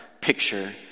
picture